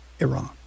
Iran